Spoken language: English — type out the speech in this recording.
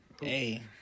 Hey